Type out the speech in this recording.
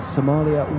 Somalia